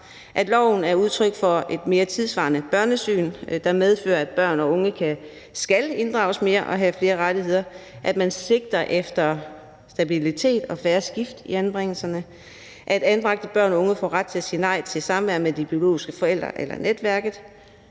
at loven er udtryk for et mere tidssvarende børnesyn, der medfører, at børn og unge skal inddrages mere og have flere rettigheder; at man sigter efter stabilitet og færre skift i anbringelserne; at anbragte børn og unge få ret til at sige nej til samvær med de biologiske forældre eller netværket.